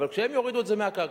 אבל כשהם יורידו את זה מהקרקע,